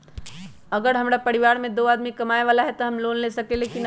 अगर हमरा परिवार में दो आदमी कमाये वाला है त हम लोन ले सकेली की न?